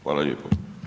Hvala lijepo.